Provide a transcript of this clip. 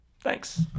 Thanks